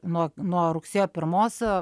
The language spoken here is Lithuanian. nuo nuo rugsėjo pirmos